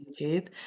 youtube